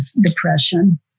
depression